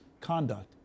conduct